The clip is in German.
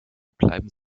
bleiben